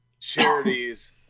charities